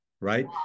right